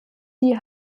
die